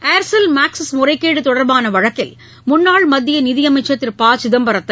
Aircel Maxis முறைகேடு தொடர்பான வழக்கில் முன்னாள் மத்திய நிதியமைச்சர் திரு ப சிதம்பரத்தை